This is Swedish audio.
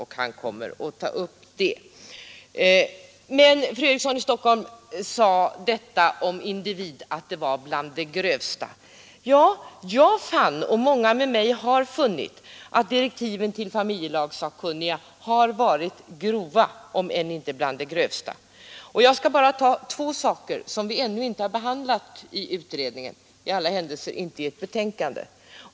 Jag sade att socialdemokraterna vill ta bort ansvaret individerna emellan. Fru Eriksson i Stockholm tyckte det var något av det grövsta. Ja, jag och många med mig har funnit direktiven till familjelagssakkunniga grova, om än inte bland de grövsta. Jag kan bara nämna två saker som vi ännu inte har behandlat i utredningen, i alla händelser inte i något betänkande.